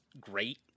great